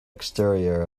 exterior